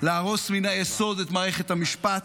להרוס מן היסוד את מערכת המשפט,